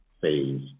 phase